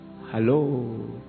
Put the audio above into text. Hello